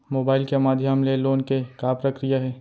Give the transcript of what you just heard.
Mobile के माधयम ले लोन के का प्रक्रिया हे?